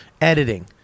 Editing